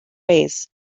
ways